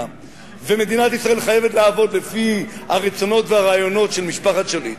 ומדינת ישראל חייבת לעבוד לפי הרצונות והרעיונות של משפחת שליט,